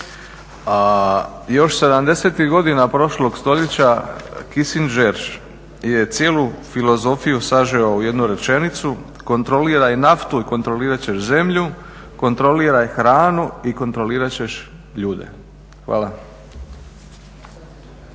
još '70-ih godina prošlog stoljeća Kissinger je cijelu filozofiju sažeo u jednu rečenicu, kontroliraj naftu i kontrolirat ćeš zemlju, kontroliraj hranu i kontrolirat ćeš ljude. Hvala.